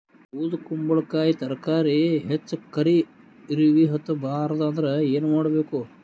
ಬೊದಕುಂಬಲಕಾಯಿ ತರಕಾರಿ ಹೆಚ್ಚ ಕರಿ ಇರವಿಹತ ಬಾರದು ಅಂದರ ಏನ ಮಾಡಬೇಕು?